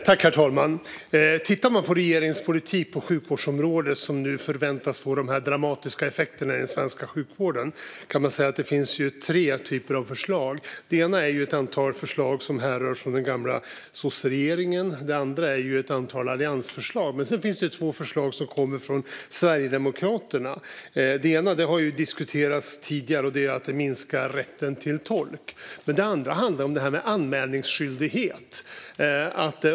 Herr talman! Tittar man på regeringens politik på sjukvårdsområdet som nu förväntas få de här dramatiska effekterna i den svenska sjukvården kan man säga att det finns tre typer av förslag. En typ är de som härrör från den gamla sosseregeringen. En annan är ett antal alliansförslag. Men sedan finns det två förslag som kommer från Sverigedemokraterna. Ett har diskuterats tidigare. Det är att minska rätten till tolk. Det andra handlar om detta med anmälningsskyldighet.